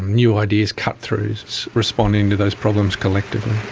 new ideas, cut-throughs responding to those problems collectively.